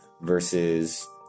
versus